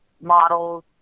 models